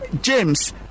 James